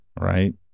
right